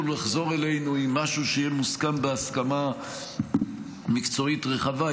לחזור אלינו עם משהו שיהיה מוסכם בהסכמה מקצועית רחבה,